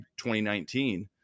2019